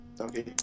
okay